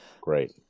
Great